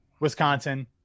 Wisconsin